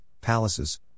palaces